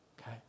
okay